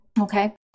Okay